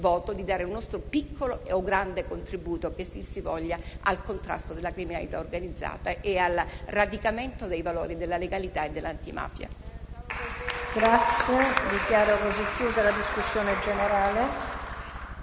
di dare il nostro piccolo o grande contributo - che dir si voglia - al contrasto della criminalità organizzata e al radicamento dei valori della legalità e dell'antimafia.